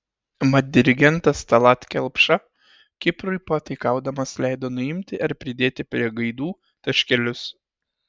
mat dirigentas tallat kelpša kiprui pataikaudamas leido nuimti ar pridėti prie gaidų taškelius